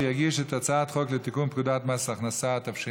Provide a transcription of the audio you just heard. שהגיש את הצעת חוק לתיקון פקודת מס הכנסה (פטור